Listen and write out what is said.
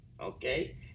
Okay